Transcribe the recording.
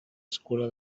escuela